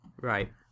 Right